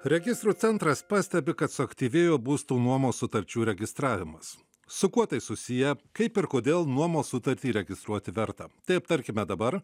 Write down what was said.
registrų centras pastebi kad suaktyvėjo būsto nuomos sutarčių registravimas su kuo tai susiję kaip ir kodėl nuomos sutartį įregistruoti verta tai aptarkime dabar